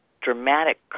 dramatic